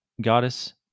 goddess